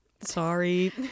Sorry